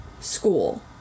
school